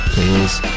Please